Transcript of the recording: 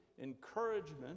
encouragement